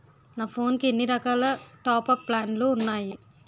నా ఫోన్ కి ఎన్ని రకాల టాప్ అప్ ప్లాన్లు ఉన్నాయి?